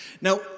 Now